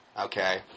Okay